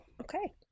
Okay